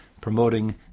promoting